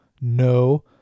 no